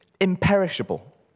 imperishable